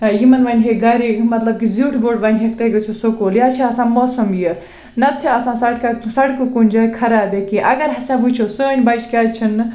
یِمَن وَنہِ ہے گَرے مطلب کہِ زیُٹھ بوٚڈ وَنِہیٚکۍ تُہۍ گٔژھِو سُکوٗل یا چھِ آسان موسَم یہِ نَتہٕ چھِ آسان سَڑکہٕ سَڑکہٕ کُنہِ جایہِ خراب یا کیٚنہہ اگر ہسا وٕچھوسٲنۍ بَچہِ کیٛازِ چھِنہٕ